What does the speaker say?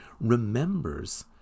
remembers